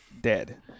dead